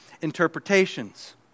interpretations